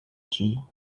dew